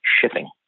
shipping